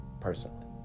personally